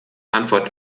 antwort